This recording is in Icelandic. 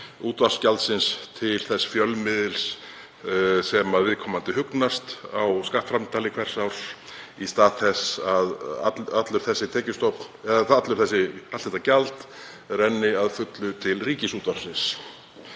útvarpsgjaldsins til þess fjölmiðils sem viðkomandi hugnast á skattframtali hvers árs í stað þess að allur þessi tekjustofn, allt þetta gjald, renni að fullu til Ríkisútvarpsins.